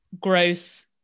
gross